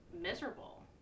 miserable